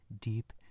deep